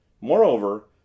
Moreover